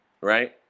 right